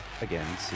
again